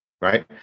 right